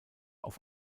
auf